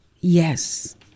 Yes